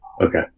Okay